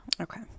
Okay